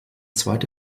zweite